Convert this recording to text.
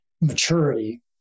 maturity